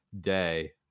day